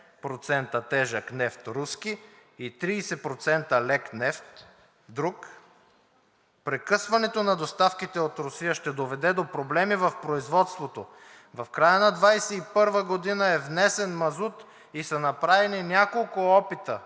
70% тежък руски нефт и 30% лек нефт друг. Прекъсването на доставките от Русия ще доведе до проблеми в производството. В края на 2021 г. е внесен мазут и са направени няколко опита